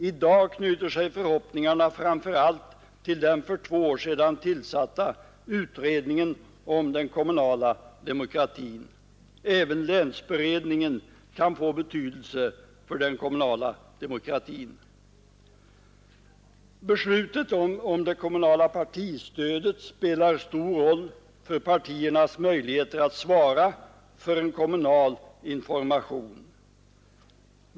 I dag knyter sig förhoppningarna framför allt till den för två år sedan tillsatta utredningen om den kommunala demokratin. Även länsberedningen kan få betydelse för den kommunala demokratin. Beslutet om det kommunala partistödet spelar stor roll för partiernas möjligheter att svara för kommunal information.